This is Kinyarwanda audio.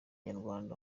nyarwanda